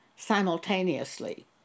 simultaneously